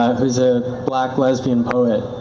um who's a black lesbian poet,